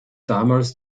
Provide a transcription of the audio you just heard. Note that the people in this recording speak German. damals